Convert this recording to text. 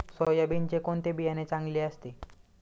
सोयाबीनचे कोणते बियाणे चांगले असते?